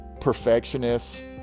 perfectionists